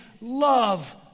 love